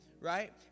right